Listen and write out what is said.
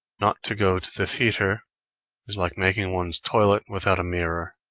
not to go to the theatre is like making one's toilet without a mirror.